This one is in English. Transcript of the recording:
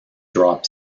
drop